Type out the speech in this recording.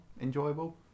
Enjoyable